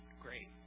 great